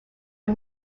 are